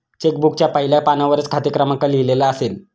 check बुकच्या पहिल्या पानावरच खाते क्रमांक लिहिलेला असेल